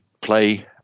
play